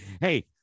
Hey